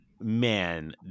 man